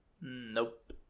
Nope